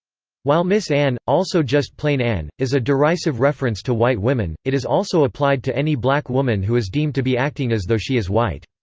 while miss ann, also just plain ann, is a derisive reference to white women, it is also applied to any black woman who is deemed to be acting as though she is white.